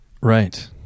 Right